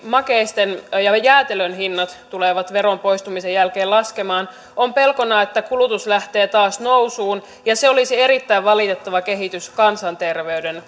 makeisten ja jäätelön hinnat tulevat veron poistumisen jälkeen laskemaan on pelkona että kulutus lähtee taas nousuun ja se olisi erittäin valitettava kehitys kansanterveyden